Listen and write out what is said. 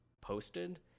posted